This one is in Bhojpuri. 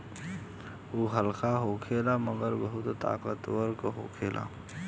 उ हल्का होखेला मगर बहुत ताकतवर होखेला